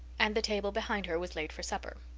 and the table behind her was laid for supper.